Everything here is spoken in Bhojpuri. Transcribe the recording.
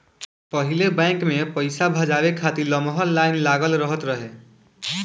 पहिले बैंक में पईसा भजावे खातिर लमहर लाइन लागल रहत रहे